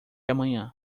amanhã